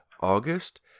August